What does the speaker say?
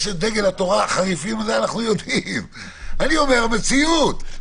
אני אומר מציאות.